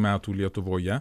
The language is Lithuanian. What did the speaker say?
metų lietuvoje